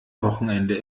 wochenende